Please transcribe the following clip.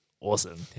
awesome